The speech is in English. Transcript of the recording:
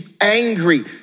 angry